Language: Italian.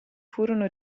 furono